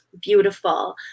beautiful